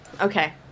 Okay